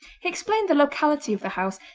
he explained the locality of the house,